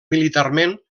militarment